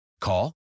Call